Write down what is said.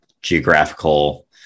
geographical